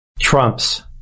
Trump's